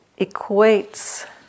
equates